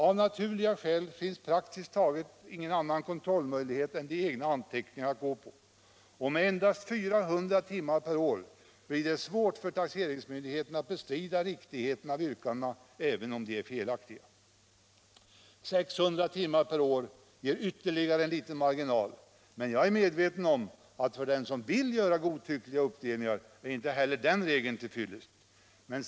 Av naturliga skäl finns praktiskt taget ingen annan kontrollmöjlighet än de egna anteckningarna att gå på, och med endast 400 timmar per år blir det svårt för taxeringsmyndigheten att bestrida riktigheten av yrkandena även om de är felaktiga. 600 timmar per år ger ytterligare en liten marginal, men jag är medveten om att för den som vill göra godtyckliga uppdelningar är inte heller den regeln till fyllest.